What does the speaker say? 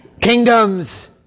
Kingdoms